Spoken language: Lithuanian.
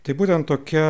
tai būtent tokia